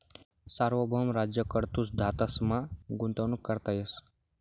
सार्वभौम राज्य कडथून धातसमा गुंतवणूक करता येस